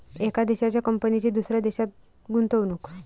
एका देशाच्या कंपनीची दुसऱ्या देशात गुंतवणूक